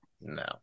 No